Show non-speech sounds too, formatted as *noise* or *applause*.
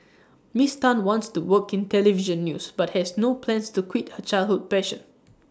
*noise* miss Tan wants to work in Television news but has no plans to quit her childhood passion